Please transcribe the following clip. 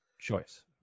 choice